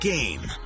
Game